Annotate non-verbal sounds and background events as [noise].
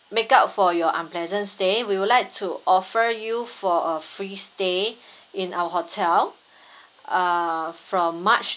make up for your unpleasant stay we'd like to offer you for a free stay in our hotel [breath] uh from march